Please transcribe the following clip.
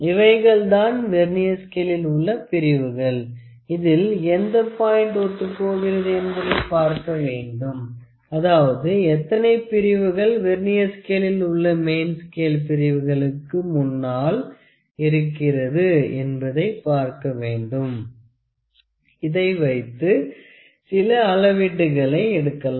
இவைகள் தான் வெர்னியர் ஸ்கேளில் உள்ள பிரிவுகள் இதில் எந்த பாயிண்ட் ஒத்துப் போகிறது என்பதை பார்க்க வேண்டும் அதாவது எத்தனை பிரிவுகள் வெர்னியர் ஸ்கேலில் உள்ள மெயின் ஸ்கேள் பிரிவுகளுக்கு முன்னால் இருக்கிறது என்பதை பார்க்க வேண்டும் இதை வைத்து சில அளவீட்டுகளை எடுக்கலாம்